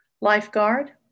lifeguard